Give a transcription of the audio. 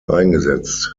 eingesetzt